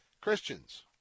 Christians